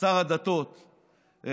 שר הדתות,